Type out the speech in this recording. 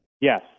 Yes